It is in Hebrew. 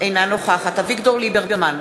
אינה נוכחת אביגדור ליברמן,